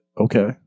Okay